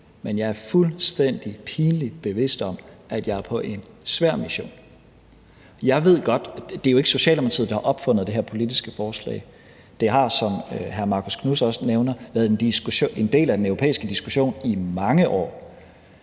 Men jeg er fuldstændig pinligt bevidst om, at jeg er på en svær mission. Det er jo ikke Socialdemokratiet, der har opfundet det her politiske forslag. Det har, som hr. Marcus Knuth også nævner, været en del af den europæiske diskussion i mange år.